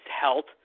health